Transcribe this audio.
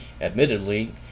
admittedly